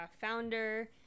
founder